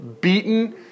beaten